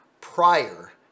prior